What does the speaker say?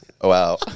Wow